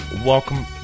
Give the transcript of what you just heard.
Welcome